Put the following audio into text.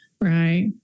Right